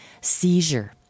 seizure